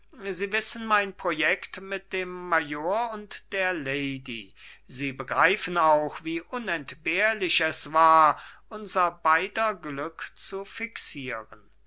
sie wissen mein project mit dem major und der lady sie begreifen auch wie unentbehrlich es war unser beider glück zu fixieren